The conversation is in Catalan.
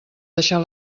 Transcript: deixar